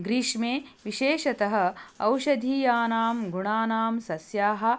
ग्रीष्मे विशेषतः औषधीयानां गुणानां सस्यानां